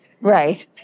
right